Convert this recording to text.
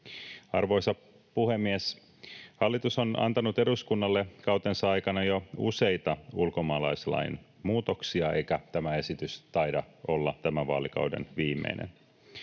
Arvoisa puhemies! Hallitus on antanut eduskunnalle kautensa aikana jo useita ulkomaalaislain muutoksia, eikä tämä esitys taida olla tämän vaalikauden viimeinen.